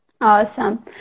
Awesome